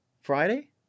Friday